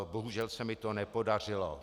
Bohužel se mi to nepodařilo.